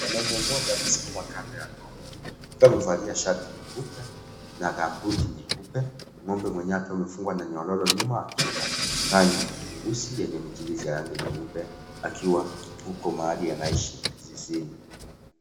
Mwanaume mmoja amesimama kando ya ng'ombe akiwa amevalia shati nyeupe na gambuti nyeupe ng'ombe mwenyewe akiwa amefungwa na nyororo nyuma akiwa na rangi nyeusi yenye michirizi ya rangi nyeupe akiwa huko mahali anaishi zizini.